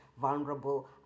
vulnerable